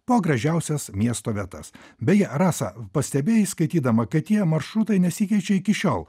po gražiausias miesto vietas beje rasa pastebėjai skaitydama kad tie maršrutai nesikeičia iki šiol